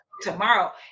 tomorrow